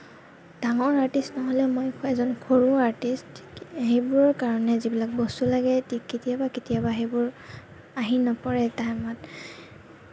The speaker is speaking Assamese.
ডাঙৰ আৰ্টিষ্ট নহলে মই এজন সৰু আৰ্টিষ্ট সেইবোৰ কাৰণে যিবিলাক বস্তু লাগে কেতিয়াবা কেতিয়াবা সেইবোৰ আহি নপৰে টাইমত